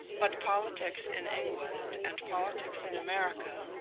but politics in england and politics in america,